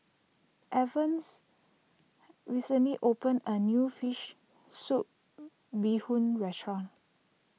Evans recently opened a new Fish Soup Bee Hoon restaurant